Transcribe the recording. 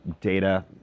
data